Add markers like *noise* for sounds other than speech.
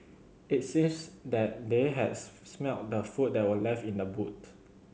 it seems that they had *unintelligible* smelt the food that were left in the boot